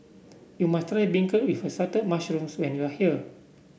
you must try beancurd with Assorted Mushrooms when you are here